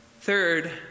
Third